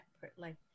separately